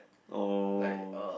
oh